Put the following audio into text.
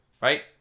Right